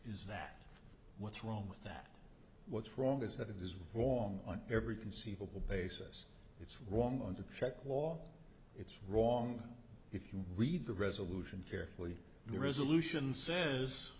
is that what's wrong with that what's wrong is that it is wrong on every conceivable basis it's wrong on the check wall it's wrong if you read the resolution carefully the resolution says